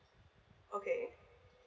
okay